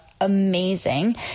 Amazing